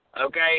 okay